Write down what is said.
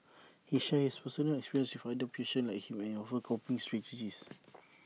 he shares his personal experiences with other patients like him and offers coping strategies